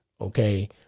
Okay